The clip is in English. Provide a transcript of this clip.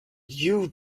you